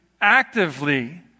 actively